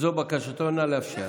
זו בקשתו, נא לאפשר.